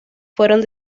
fueron